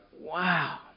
wow